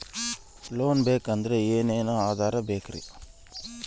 Loan ಬೇಕಾದ್ರೆ ಏನೇನು ಆಧಾರ ಬೇಕರಿ?